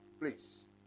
Please